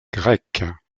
grecque